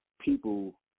people